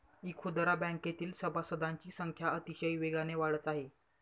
इखुदरा बँकेतील सभासदांची संख्या अतिशय वेगाने वाढत आहे